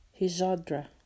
Hijadra